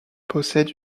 possède